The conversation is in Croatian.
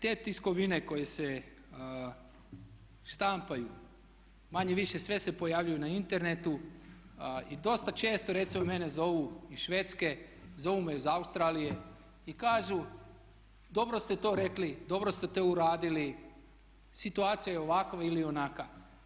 Te tiskovine koje se štampaju manje-više sve se pojavljuju na internetu i dosta često recimo mene zovu iz Švedske, zovu me iz Australije i kažu dobro ste to rekli, dobro ste to uradili, situacija je ovakova ili onaka.